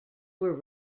were